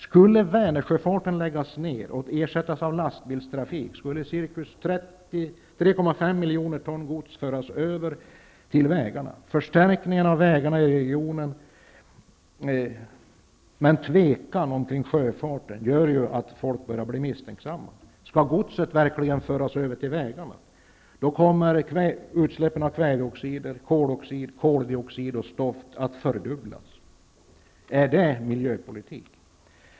Skulle Vänersjöfarten läggas ner och ersättas av lastbilstrafik, skulle ca 3,5 Förstärkningar av vägarna i regionen men tvekan omkring sjöfarten gör att folk börjar bli misstänksamma. Skulle godset föras över på väg, kommer utsläppen av kväveoxider, koloxid, koldioxid och stoft att fördubblas i regionen. Är det miljöpolitik?